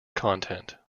content